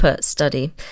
study